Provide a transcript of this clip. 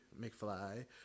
McFly